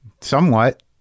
Somewhat